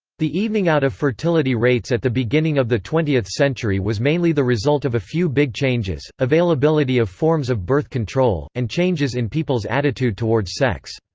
the evening out of fertility rates at the beginning of the twentieth century was mainly the result of a few big changes availability of forms of birth control, and changes in people's attitude towards sex.